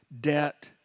debt